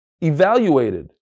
evaluated